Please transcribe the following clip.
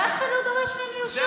אבל אף אחד לא דורש מהם לרשום.